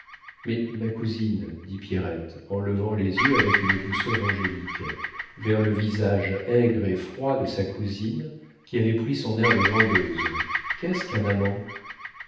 mais ma cousine dit pierrette en levant les yeux avec une douceur angélique vers le visage aigre et froid de sa cousine qui avait pris son air de vendeuse qu'est-ce qu'un amant